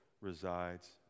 resides